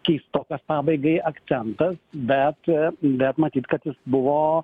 keistokas pabaigai akcentas bet bet matyt kad jis buvo